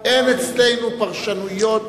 אין אצלנו פרשנויות